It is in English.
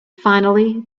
finally